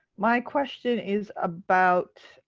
my question is about